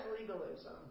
legalism